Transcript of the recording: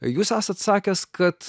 jūs esat sakęs kad